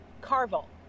Carvel